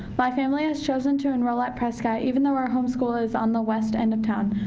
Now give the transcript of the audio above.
my family has chosen to enroll at prescott even though our home school is on the west end of town.